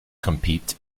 compete